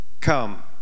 Come